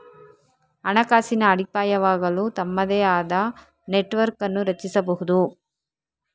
ಹಣಕಾಸಿನ ಅಡಿಪಾಯವಾಗಲು ತಮ್ಮದೇ ಆದ ನೆಟ್ವರ್ಕ್ ಅನ್ನು ರಚಿಸಬಹುದು